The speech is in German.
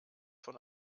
von